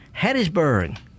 Hattiesburg